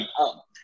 up